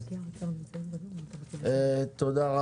אנחנו באים לדיון הזה אחרי שעשינו עבודה משותפת